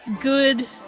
good